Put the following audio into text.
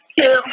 two